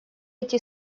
эти